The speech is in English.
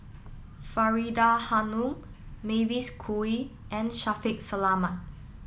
Faridah Hanum Mavis Khoo Oei and Shaffiq Selamat